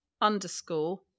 underscore